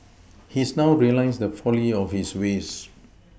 he's now realised the folly of his ways